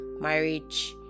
marriage